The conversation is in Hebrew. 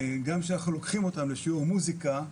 גם כשאנחנו לוקחים אותם לשיעור מוזיקה ,